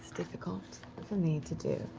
difficult for me to do.